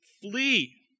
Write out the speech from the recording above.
flee